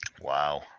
wow